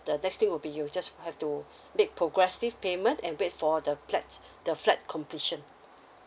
the next thing would be you'll just have to make progressive payment and wait for the flat the flat completion